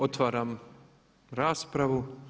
Otvaram raspravu.